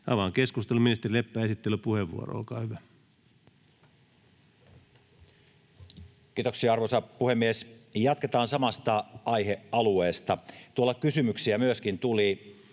Avaan keskustelun. Ministeri Leppä, esittelypuheenvuoro, olkaa hyvä. Kiitoksia, arvoisa puhemies! Jatketaan samasta aihealueesta. Äsken tuli myöskin